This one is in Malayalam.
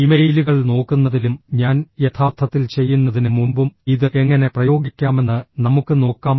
ഇമെയിലുകൾ നോക്കുന്നതിലും ഞാൻ യഥാർത്ഥത്തിൽ ചെയ്യുന്നതിന് മുമ്പും ഇത് എങ്ങനെ പ്രയോഗിക്കാമെന്ന് നമുക്ക് നോക്കാം